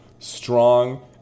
Strong